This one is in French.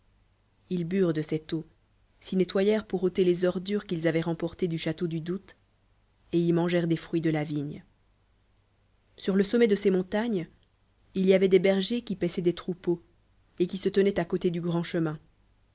lls burent de cette eau s'y nettoyant pour ôter les rd s qu'ils avoient remportées du lemedii château du doute et y mangèrent des fruits de la vigne sur le sommet de ces montagnes il y voit des bcrgers qui paissoient des troupeaux et qui se tenoient à côté du grand chemin